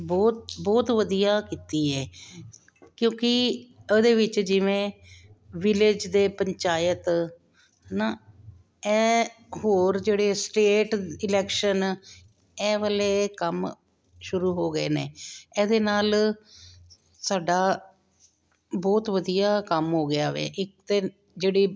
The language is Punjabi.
ਬਹੁਤ ਬਹੁਤ ਵਧੀਆ ਕੀਤੀ ਹੈ ਕਿਉਂਕਿ ਉਹਦੇ ਵਿੱਚ ਜਿਵੇਂ ਵਿਲੇਜ ਦੇ ਪੰਚਾਇਤ ਨਾ ਇਹ ਹੋਰ ਜਿਹੜੇ ਸਟੇਟ ਇਲੈਕਸ਼ਨ ਇਹ ਵਾਲੇ ਕੰਮ ਸ਼ੁਰੂ ਹੋ ਗਏ ਨੇ ਇਹਦੇ ਨਾਲ ਸਾਡਾ ਬਹੁਤ ਵਧੀਆ ਕੰਮ ਹੋ ਗਿਆ ਵੇ ਇੱਕ ਤਾਂ ਜਿਹੜੀ